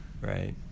right